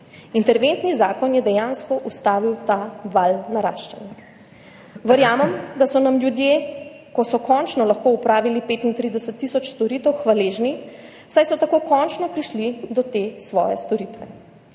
Interventni zakon je dejansko ustavil ta val naraščanja. Verjamem, da so nam ljudje, da so končno lahko opravili 35 tisoč storitev, hvaležni, saj so tako končno prišli do te svoje storitve.